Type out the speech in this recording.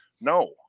no